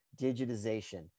digitization